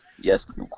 Yes